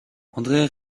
andré